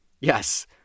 yes